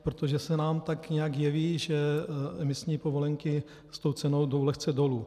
Protože se nám tak nějak jeví, že emisní povolenky s tou cenou jdou lehce dolů.